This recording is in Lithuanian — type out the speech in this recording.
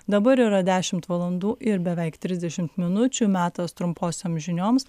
dabar yra dešimt valandų ir beveik trisdešimt minučių metas trumposiom žinioms